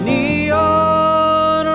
Neon